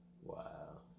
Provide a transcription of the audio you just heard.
Wow